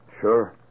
Sure